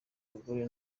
abagore